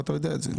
ואתה יודע את זה.